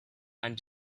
and